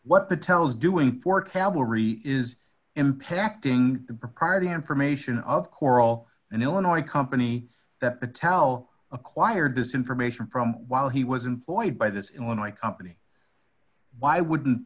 what the tells doing for cavalry is impacting the propriety information of coral and illinois company that the tao acquired this information from while he was employed by this and when i company why wouldn't